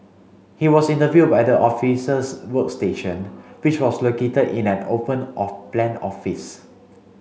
he was interviewed at the officers workstation which was located in an open plan office